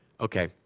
Okay